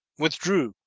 withdrew,